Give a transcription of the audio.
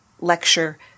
lecture